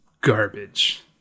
garbage